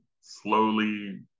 slowly